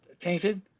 tainted